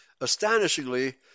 astonishingly